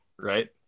right